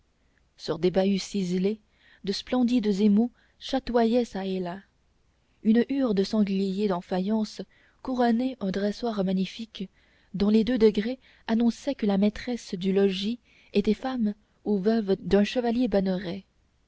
sur des bahuts ciselés de splendides émaux chatoyaient çà et là une hure de sanglier en faïence couronnait un dressoir magnifique dont les deux degrés annonçaient que la maîtresse du logis était femme ou veuve d'un chevalier